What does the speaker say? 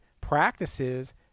practices